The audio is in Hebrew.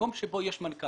מקום שבו יש מנכ"ל,